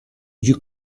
you